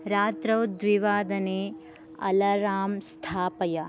रात्रौ द्विवादने अलरां स्थापय